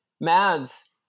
Mads